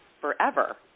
forever